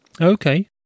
Okay